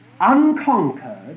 unconquered